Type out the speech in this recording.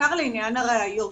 בעיקר לעניין הראיות.